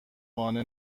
قانع